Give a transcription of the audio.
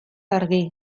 argi